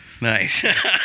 nice